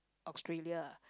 Australia